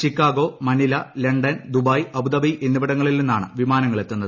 Chicago Manila London Dubai Abu Dhabi എന്നിവിടങ്ങളിൽ നിന്നാണ് വിമാനങ്ങൾ എത്തുന്നത്